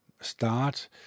start